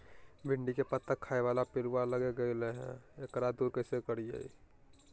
भिंडी के पत्ता खाए बाला पिलुवा लग गेलै हैं, एकरा दूर कैसे करियय?